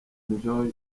enjoy